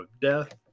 death